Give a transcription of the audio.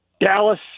Dallas